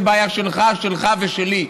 זו הבעיה שלך ושלי,